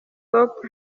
pop